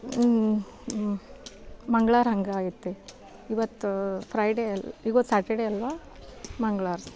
ಮಂಗ್ಳಾರ ಹಂಗೆ ಐತಿ ಇವತ್ತು ಫ್ರೈಡೆ ಇವತ್ತು ಸಾಟರ್ಡೆ ಅಲ್ವ ಮಂಗ್ಳಾರ